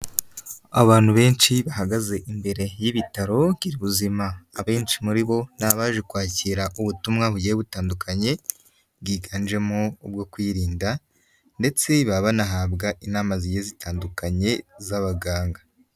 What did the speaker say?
Abantu benshi bahagaze imbere y'ibitaro Girubuzima, abenshi muri bo ni abaje kwakira ubutumwa bugiye butandukanye bwiganjemo ubwo kwirinda ndetse baba banahabwa inama zi zitandukanye z'abaganga.